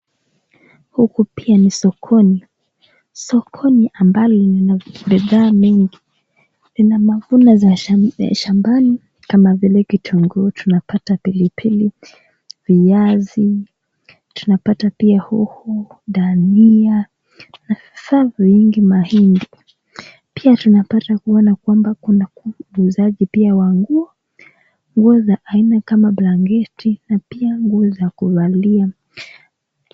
Huku pia ni sokoni. Sokoni ambalo lina bidhaa mengi . Lina mavuno ya shambani kama vile kituguu. Tunapata pili pili viazi . Tunapata pia hoho , dania vifaa mingi pia mahindi. Pia tunapata kuona kwamba kuna muuzaji pia wa nguo. Nguo za aina kama blanketi na pia nguo za kuvalia .